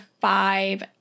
five